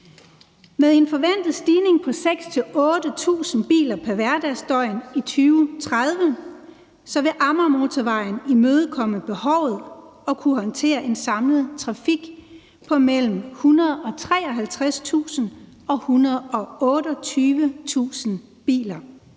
Med en forventet stigning på 6.000-8.000 biler pr. hverdagsdøgn i 2030, vil Amagermotorvejen imødekomme behovet og kunne håndtere en samlet trafik på mellem 153.000 og 128.000 biler